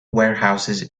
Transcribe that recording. warehouses